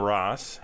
Ross